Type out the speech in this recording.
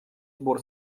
сбор